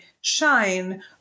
shine